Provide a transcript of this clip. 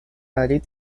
madrid